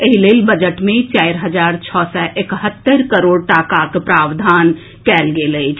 एहि लेल बजट मे चारि हजार छओ सय एकहत्तरि करोड़ टाकाक प्रावधान कएल गेल अछि